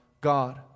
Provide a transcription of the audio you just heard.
God